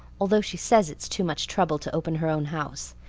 although she says it's too much trouble to open her own house,